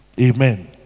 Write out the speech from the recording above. amen